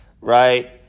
right